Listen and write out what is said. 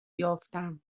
یافتم